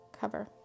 Cover